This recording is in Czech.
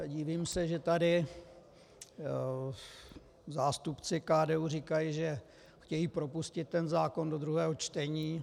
Divím se, že tady zástupci KDU říkají, že chtějí propustit ten zákon do druhého čtení.